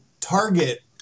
target